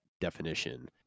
definition